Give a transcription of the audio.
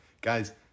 Guys